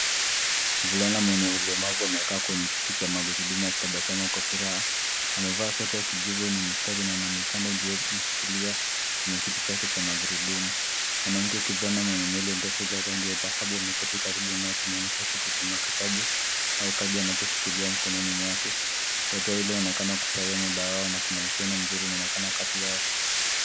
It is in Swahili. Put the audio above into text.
Mvulana mwenye ulemavu amekaa kwenye kiti cha magurudumu kando ya barabara, huku akiwa ametabasamu kwa furaha. Amevaa fulana ya kijivu yenye mistari na na mikanda ya rangi ya jiwivu aliyoshikilia kwa mikono yake. Kiti chake cha magurudumu kimekuwa sehemu yake ya maisha. Pembeni yake, yupo msichana mwenye nywele ndefu za kufura — huenda ndiye anayemsaidia. Ameketi karibu naye, akimuonyesha kitu kidogo kama kitabu. Mkono mmoja unamshikilia, na mwingine unamnyooshea kitu. Uso wao unaonekana umejaa furaha ya pamoja. Kuna uhusiano wa karibu na mshikamano unaoonekana kati yao